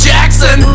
Jackson